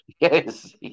Yes